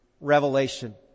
revelation